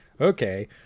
okay